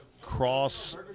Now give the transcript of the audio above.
cross